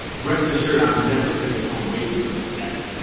rest assured i'm never sitting at home waiting for them ever.